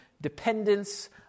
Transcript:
dependence